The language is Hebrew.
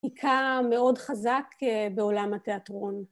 עיקר מאוד חזק בעולם התיאטרון.